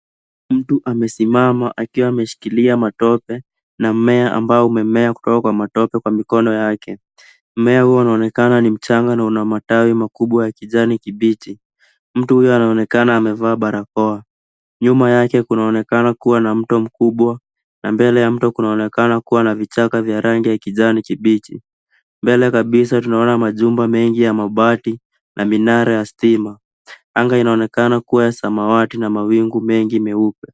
Mtu amesimama akiwa ameshikilia matope na mmea ambao umemea kutoka kwa matope kwa mikono yake. Mmea huo unaonekana ni mchanga na una matawi makubwa ya kijani kibichi. Mtu huyo anaonekana amevaa barakoa. Nyuma yake, kunaonekana kuwa na mto mkubwa na mbele ya mto kunaonekana kuwa na vichaka vya rangi ya kijani kibichi. Mbele kabisa, tunaona majumba mengi ya mabati na minara ya stima. Anga inaonekana kuwa ya samawati na mawingu mengi meupe.